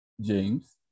James